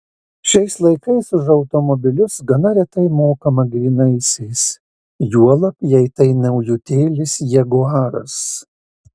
šiais laikais už automobilius gana retai mokama grynaisiais juolab jei tai naujutėlis jaguaras